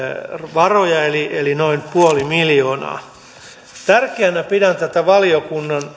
varoja eli eli noin puoli miljoonaa tärkeänä pidän tätä valiokunnan